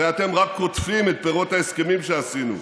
הרי אתם רק קוטפים את פירות ההסכמים שעשינו,